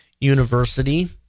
university